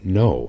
no